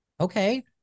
okay